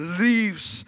leaves